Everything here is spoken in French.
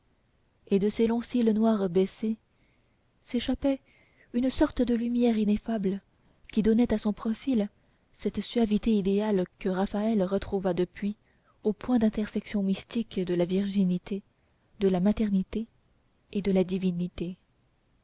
et de ses longs cils noirs baissés s'échappait une sorte de lumière ineffable qui donnait à son profil cette suavité idéale que raphaël retrouva depuis au point d'intersection mystique de la virginité de la maternité et de la divinité